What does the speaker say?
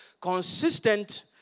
consistent